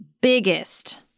biggest